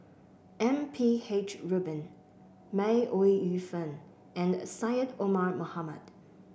M P H Rubin May Ooi Yu Fen and Syed Omar Mohamed